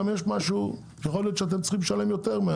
גם יש משהו יכול להיות שאתם צריכים לשלם יותר.